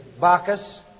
Bacchus